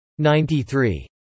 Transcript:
93